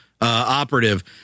operative